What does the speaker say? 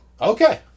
Okay